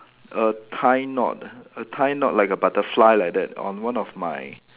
a tie knot a tie knot like a butterfly like that on one of my